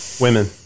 Women